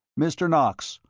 mr. knox,